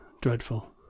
dreadful